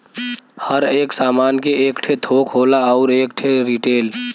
हर एक सामान के एक ठे थोक होला अउर एक ठे रीटेल